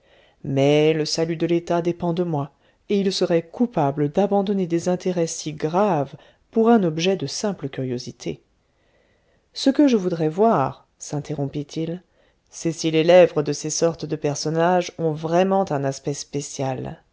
mais le salut de l'état dépend de moi et il serait coupable d'abandonner des intérêts si graves pour un objet de simple curiosité ce que je voudrais voir sinterrompit il c'est si les lèvres de ces sortes de personnages ont vraiment un aspect spécial